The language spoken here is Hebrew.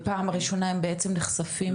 ובפעם הראשונה הם בעצם נחשפים לזה?